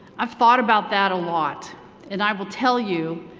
i've thought about that a lot and i will tell you,